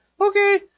okay